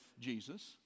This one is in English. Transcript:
Jesus